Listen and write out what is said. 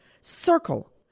Circle